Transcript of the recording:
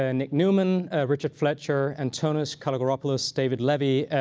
ah nic newman, richard fletcher, antonis kalogeropoulos, david levy,